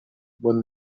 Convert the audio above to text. when